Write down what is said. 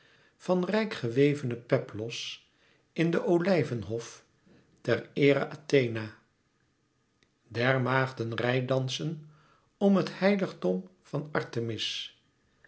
van rijk gewevene peplos in den olijvenhof ter eere athena der maagden reidansen om het heiligdom van artemis